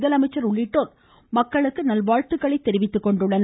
முதலமைச்சர் உள்ளிட்டோர் மக்களுக்கு வாழ்த்துக்களை தெரிவித்துள்ளனர்